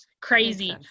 crazy